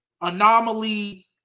anomaly